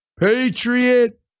Patriot